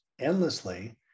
endlessly